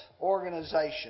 organization